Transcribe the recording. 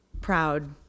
proud